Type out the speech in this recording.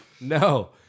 No